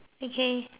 okay